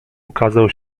ukazał